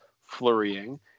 flurrying